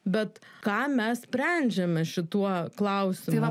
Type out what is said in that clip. bet ką mes sprendžiame šituo klausimu